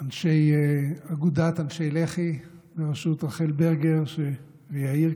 אנשי אגודת אנשי לח"י בראשות רחל ברגר ויאיר,